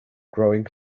growing